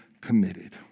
committed